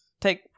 take